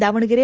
Davanagere